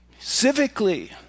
civically